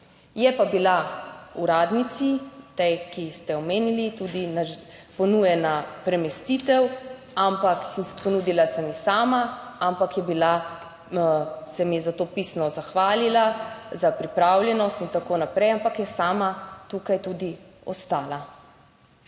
Je pa bila uradnici, tej, ki ste jo omenili tudi ponujena premestitev, ampak ponudila sem ji sama, ampak je bila se mi je za to pismo zahvalila za pripravljenost in tako naprej, ampak je sama tukaj tudi ostala.